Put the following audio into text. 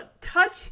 touch